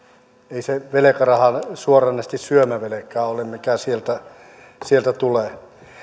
ei se velkaraha suoranaisesti syömävelkaa ole mikä sieltä tulee